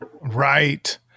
Right